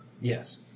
Yes